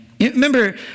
Remember